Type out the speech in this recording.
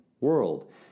world